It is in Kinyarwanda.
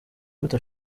gute